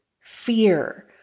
fear